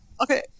Okay